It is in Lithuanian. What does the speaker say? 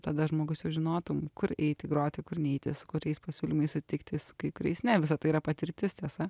tada žmogus jau žinotum kur eiti groti kur neiti su kuriais pasiūlymais sutikti su kai kuriais ne visa tai yra patirtis tiesa